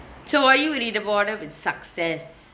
so are you in success